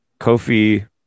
Kofi